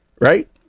Right